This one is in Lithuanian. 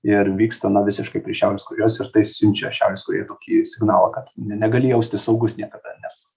ir vyksta na visiškai prie šiaurės korėjos ir tai siunčia šiaurės korėjai tokį signalą kad negali jaustis saugus niekada nes